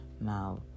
now